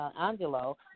Angelo